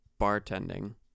bartending